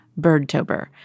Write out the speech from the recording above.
Birdtober